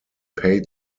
paid